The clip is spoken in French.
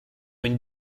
une